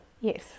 Yes